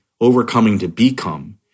overcoming-to-become